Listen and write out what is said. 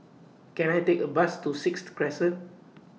Can I Take A Bus to Sixth Crescent